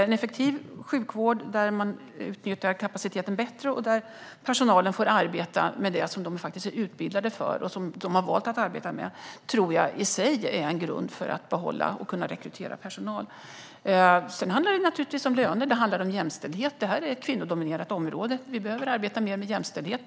En effektiv sjukvård där man utnyttjar kapaciteten bättre och där personalen får arbeta med det som de är utbildade för och som de har valt att arbeta med tror jag i sig är en grund för att behålla och rekrytera personal. Sedan handlar det naturligtvis om löner och jämställdhet. Detta är ett kvinnodominerat område, och vi behöver arbeta mer med jämställdhet.